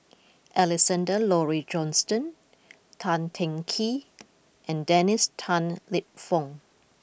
Alexander Laurie Johnston Tan Teng Kee and Dennis Tan Lip Fong